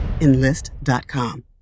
Enlist.com